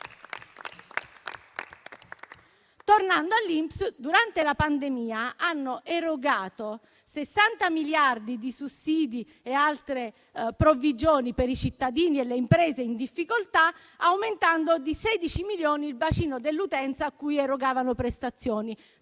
Tornando all'INPS, durante la pandemia hanno erogato 60 miliardi di sussidi e altre provvigioni per i cittadini e le imprese in difficoltà, aumentando di 16 milioni il bacino dell'utenza a cui erogavano prestazioni.